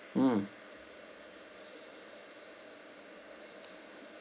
mm